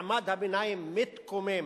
מעמד הביניים מתקומם,